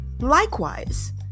likewise